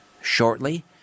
Shortly